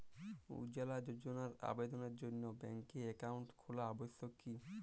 উজ্জ্বলা যোজনার আবেদনের জন্য ব্যাঙ্কে অ্যাকাউন্ট খোলা আবশ্যক কি?